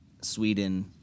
Sweden